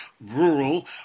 rural